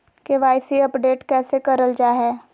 KYC update कैसे करल जाहै?